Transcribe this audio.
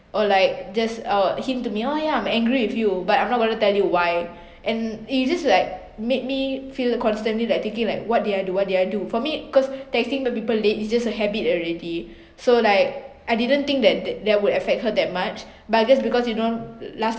or like just err hint to me uh yeah I'm angry with you but I'm not gonna tell you why and you just like made me feel constantly like thinking like what did I do what did I do for me cause texting the people late it's just a habit already so like I didn't think that that would affect her that much but just because you know last time